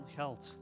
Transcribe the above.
geld